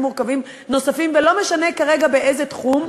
מורכבים נוספים ולא משנה כרגע באיזה תחום,